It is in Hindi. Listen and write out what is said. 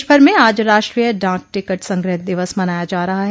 देशभर में आज राष्ट्रीय डाक टिकट संग्रह दिवस मनाया जा रहा है